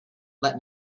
let